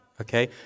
okay